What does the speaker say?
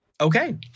Okay